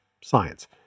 science